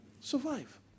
Survive